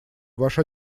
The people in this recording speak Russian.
ваш